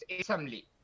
assembly